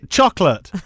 chocolate